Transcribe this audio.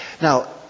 Now